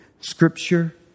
Scripture